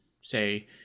say